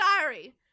diary